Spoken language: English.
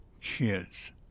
kids